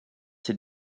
ces